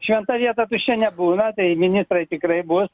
šventa vieta tuščia nebūna tai ministrai tikrai bus